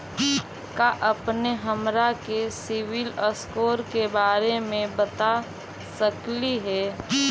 का अपने हमरा के सिबिल स्कोर के बारे मे बता सकली हे?